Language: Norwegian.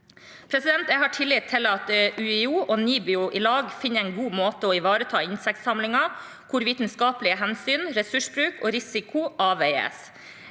Jeg har tillit til at UiO og NIBIO i lag finner en god måte å ivareta insektsamlingen på, hvor vitenskapelige hensyn, ressursbruk og risiko avveies.